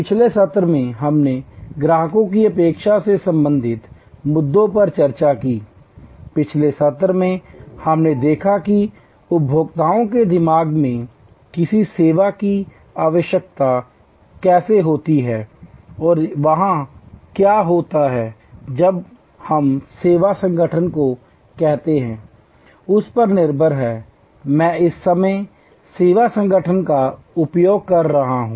पिछले सत्र में हमने ग्राहकों की अपेक्षा से संबंधित मुद्दों पर चर्चा की पिछले सत्र में हमने देखा कि उपभोक्ताओं के दिमाग में किसी सेवा की आवश्यकता कैसे होती है और वहाँ क्या होता है जो हम सेवा संगठन को कहते हैं उस पर निर्भर हैमैं इस समय सेवा संगठन का उपयोग कर रहा हूँ